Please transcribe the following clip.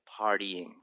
partying